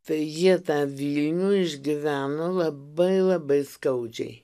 tai jie tą vilnių išgyveno labai labai skaudžiai